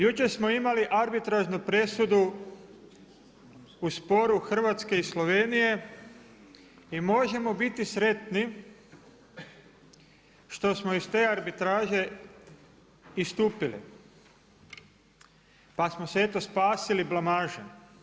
Jučer smo imali arbitražnu presudu u sporu Hrvatske i Slovenije, i možemo biti sretni što smo iz te arbitraže istupili pa smo se to spasili blamaže.